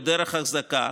לדרך אחזקה,